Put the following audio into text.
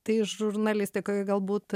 tai žurnalistikoj galbūt